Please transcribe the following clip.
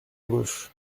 gauche